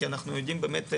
כי אנחנו יודעים באמת לארח.